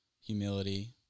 humility